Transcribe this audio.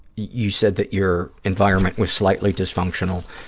you said that your environment was slightly dysfunctional.